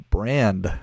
Brand